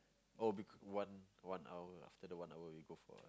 oh because one one hour after the one hour we go for